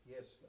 Yes